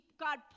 God